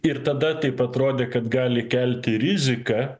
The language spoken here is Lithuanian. ir tada taip atrodė kad gali kelti riziką